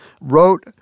wrote